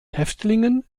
häftlingen